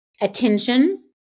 Attention